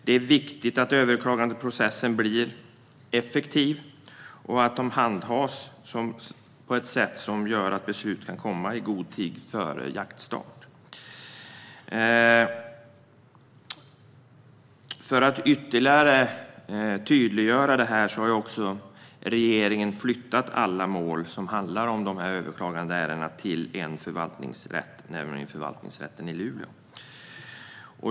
Det är viktigt att överklagandeprocessen blir effektiv och att överklaganden hanteras på ett sådant sätt att beslut kan komma i god tid före jaktstart. För att tydliggöra det ytterligare har regeringen flyttat alla mål som handlar om sådana överklaganden till en förvaltningsrätt, nämligen Förvaltningsrätten i Luleå.